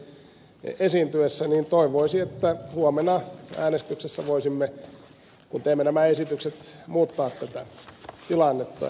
jaskari täällä viittasi toivoisi että huomenna äänestyksessä voisimme kun teemme nämä esitykset muuttaa tätä tilannetta